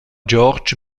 george